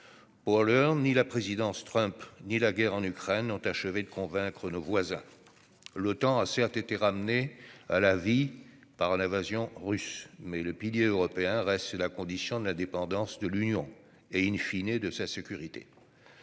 Pour l'heure, ni la présidence Trump ni la guerre en Ukraine n'ont achevé de convaincre nos voisins. L'Otan a, certes, été ramenée à la vie par l'invasion russe. Mais le pilier européen reste la condition de l'indépendance de l'Union et,, de sa sécurité.